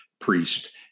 priest